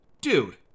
dude